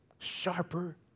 Sharper